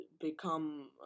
become